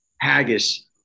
Haggis